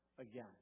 again